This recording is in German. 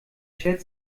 schert